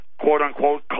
quote-unquote